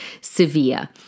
severe